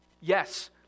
yes